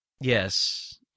Yes